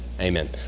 amen